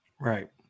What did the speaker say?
Right